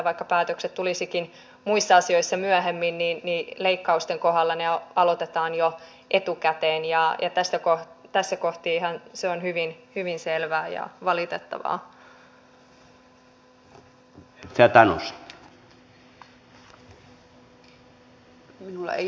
vaikka päätökset tulisivatkin muissa asioissa myöhemmin niin leikkausten kohdalla ne aloitetaan jo etukäteen ja tässä kohtihan se on hyvin selvää ja valitettavaa